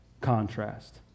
contrast